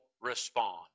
respond